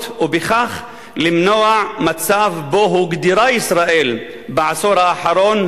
ובכך למנוע מצב שבו הוגדרה ישראל בעשור האחרון,